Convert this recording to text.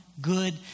good